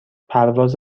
پرواز